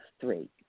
three